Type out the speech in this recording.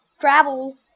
gravel